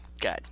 Good